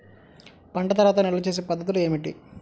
పంట తర్వాత నిల్వ చేసే పద్ధతులు ఏమిటి?